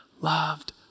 loved